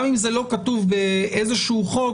גם אם זה לא כתוב באיזשהו חוק,